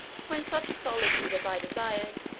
for in such a solitude as i desired,